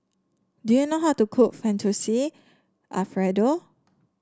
do you know how to cook Fettuccine Alfredo